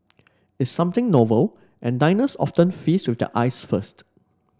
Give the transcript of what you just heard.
it's something novel and diners often feast with their eyes first